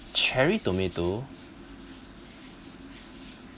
cherry tomato